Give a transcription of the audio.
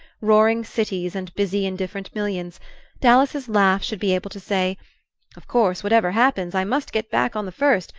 roaring cities and busy indifferent millions dallas's laugh should be able to say of course, whatever happens, i must get back on the first,